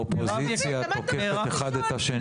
כשהאופוזיציה תוקפת אחד את השני.